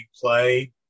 play